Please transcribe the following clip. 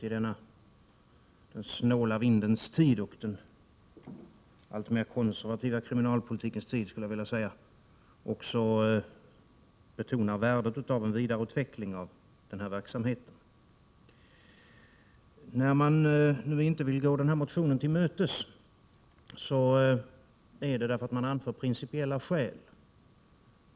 I denna snåla vindens tid och alltmera konservativa kriminalpolitikens tid, är det också viktigt att utskottet betonar värdet av en vidareutveckling av denna verksamhet. När man nu inte vill gå denna motion till mötes anför man principiella skäl.